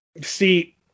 see